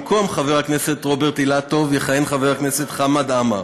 במקום חבר הכנסת רוברט אילטוב יכהן חבר הכנסת חמד עמאר,